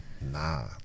nah